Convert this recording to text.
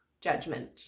judgment